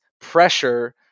pressure